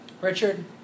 Richard